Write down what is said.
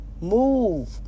Move